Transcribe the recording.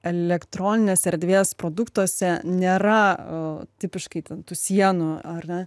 elektroninės erdvės produktuose nėra tipiškai tų sienų ar ne